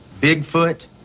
Bigfoot